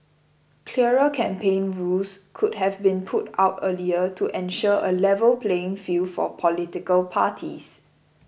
clearer campaign rules could have been put out earlier to ensure a level playing field for political parties